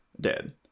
dead